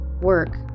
Work